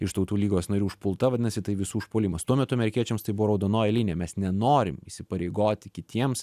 iš tautų lygos narių užpulta vadinasi tai visų užpuolimas tuo metu amerikiečiams tai buvo raudonoji linija mes nenorim įsipareigoti kitiems